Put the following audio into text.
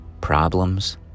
Problems